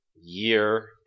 year